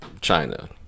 China